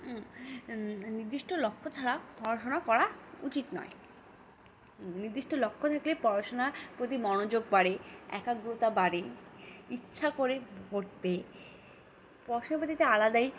নিদ্দিষ্ট লক্ষ্য ছাড়া পড়াশোনা করা উচিত নয় নিদ্দিষ্ট লক্ষ্য থাকলে পড়াশোনার প্রতি মনোযোগ বাড়ে একাগ্রতা বাড়ে ইচ্ছা করে পড়তে পড়াশোনার প্রতি আলাদাই